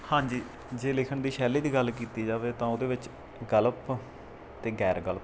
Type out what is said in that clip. ਹਾਂਜੀ ਜੇ ਲਿਖਣ ਦੀ ਸ਼ੈੱਲੀ ਦੀ ਗੱਲ ਕੀਤੀ ਜਾਵੇ ਤਾਂ ਉਹਦੇ ਵਿੱਚ ਗਲਪ ਅਤੇ ਗੈਰ ਗਲਪ